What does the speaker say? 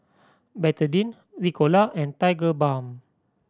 Betadine Ricola and Tigerbalm